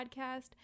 podcast